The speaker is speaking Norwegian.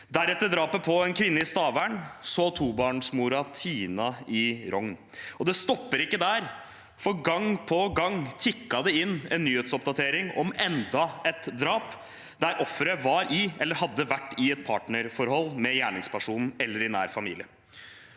deretter drapet på en kvinne i Stavern, så tobarnsmoren Tina i Rong. Det stoppet ikke der, for gang på gang tikket det inn en nyhetsoppdatering om enda et drap der offeret var i, eller hadde vært i, et partnerforhold med gjerningspersonen, eller i nær familie.